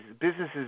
businesses